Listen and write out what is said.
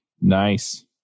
Nice